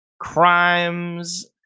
crimes